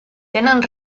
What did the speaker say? tenen